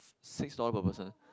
six dollar per person